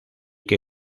que